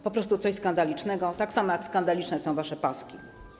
Po prostu coś skandalicznego, tak samo jak skandaliczne są wasze paski.